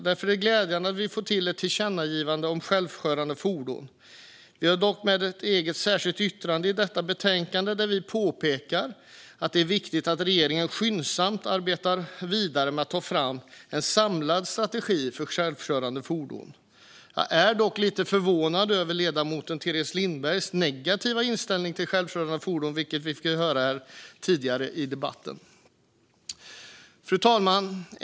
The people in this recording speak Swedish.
Därför är det glädjande att vi får till ett tillkännagivande om självkörande fordon. Vi har dock med ett eget särskilt yttrande i detta betänkande, där vi påpekar att det är viktigt att regeringen skyndsamt arbetar vidare med att ta fram en samlad strategi för självkörande fordon. Jag är dock lite förvånad över ledamoten Teres Lindbergs negativa inställning till självkörande fordon, vilken vi fick höra tidigare i debatten. Fru talman!